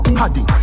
hadi